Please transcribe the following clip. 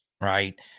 right